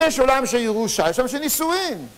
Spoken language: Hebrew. יש עולם של ירושה, יש עולם של נישואין!